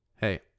hey